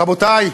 רבותי,